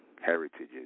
heritages